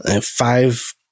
five